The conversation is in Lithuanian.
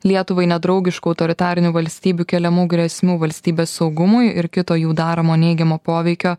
lietuvai nedraugiškų autoritarinių valstybių keliamų grėsmių valstybės saugumui ir kito jų daromo neigiamo poveikio